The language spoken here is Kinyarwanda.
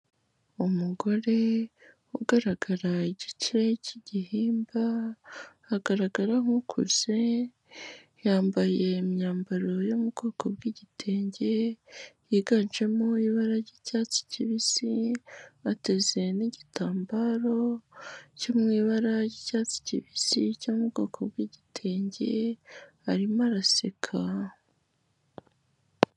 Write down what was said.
Umugore ugaragara igice cy'igihimba, agaragara nk'ukuze, yambaye imyambaro yo mu bwoko bw'igitenge, yiganjemo ibara ry'icyatsi kibisi, ateze n'igitambaro cyo mu ibara ry'icyatsi kibisi cyo mu bwoko bw'igitenge, arimo araseka.